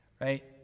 right